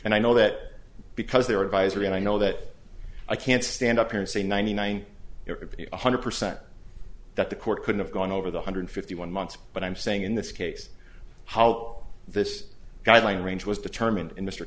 and i know that because they are advisory i know that i can't stand up here and say ninety nine one hundred percent that the court could have gone over the hundred fifty one months but i'm saying in this case how this guideline range was determined in